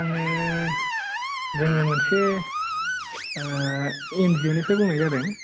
आङो जोङो मोनसे एनजिअ निफ्राय बुंनाय जादों